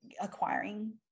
acquiring